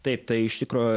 taip tai iš tikro